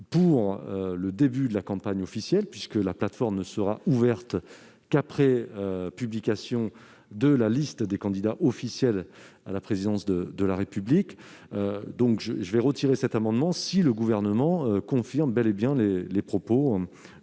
pour le début de la campagne officielle, précisant que la plateforme ne serait ouverte qu'après publication de la liste des candidats officiels à la présidence de la République. Je retirerai donc cet amendement si le Gouvernement confirme bel et bien ses propos.